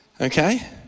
Okay